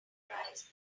rise